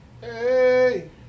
Hey